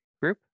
group